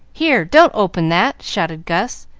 here, don't open that! shouted gus,